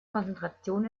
konzentration